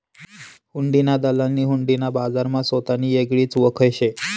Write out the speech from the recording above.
हुंडीना दलालनी हुंडी ना बजारमा सोतानी येगळीच वयख शे